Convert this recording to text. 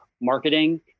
marketing